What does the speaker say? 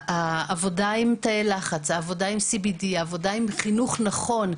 העבודה עם תאי לחץ, עם CBD, עם חינוך נכון,